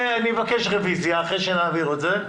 אני אבקש רוויזיה אחרי שנעביר את זה.